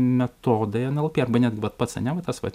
metodai nlp arba net vat pats a ne va tas vat